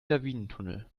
lawinentunnel